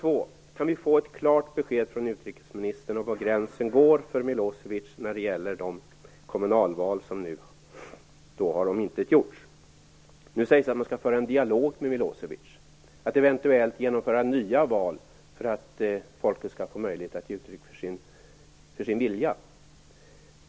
Kan vi få ett klart besked från utrikesministern om var gränsen går för Milosevic när det gäller de kommunalval som nu har omintetgjorts? Nu sägs det att man skall föra en dialog med Milosevic och att det eventuellt skall genomföras nya val för att folket skall få möjlighet att ge uttryck för sin vilja.